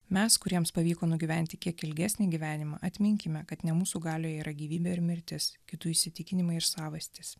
mes kuriems pavyko nugyventi kiek ilgesnį gyvenimą atminkime kad ne mūsų galioje yra gyvybė ir mirtis kitų įsitikinimai ir sąvastys